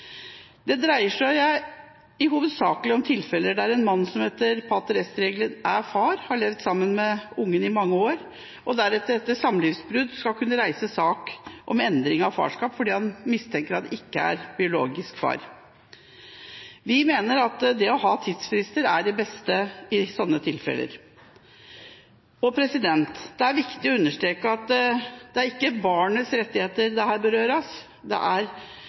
Det dreier seg hovedsakelig om tilfeller der en mann som etter pater est-regelen er far, har levd sammen med barnet i mange år, deretter etter samlivsbrudd skal kunne reise sak om endring av farskap fordi han mistenker at han ikke er biologisk far. Vi mener at det å ha tidsfrister er det beste i slike tilfeller. Det er viktig å understreke at det ikke er barnets rettigheter som her berøres, det